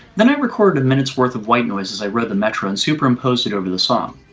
then i recorded a minute's worth of white noise as i rode the metro and superimposed it over the song.